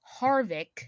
Harvick